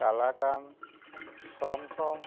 কালাকান chamcham